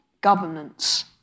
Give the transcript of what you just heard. governance